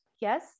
Yes